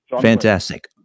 Fantastic